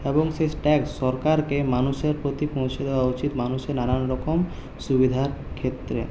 এবং সেই ট্যাক্স সরকারকে মানুষের প্রতি পৌঁছে দেওয়া উচিত মানুষের নানান রকম সুবিধার ক্ষেত্রে